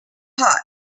hot